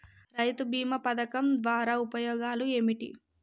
రైతు బీమా పథకం ద్వారా ఉపయోగాలు ఏమిటి?